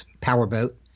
powerboat